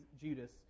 Judas